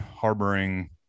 harboring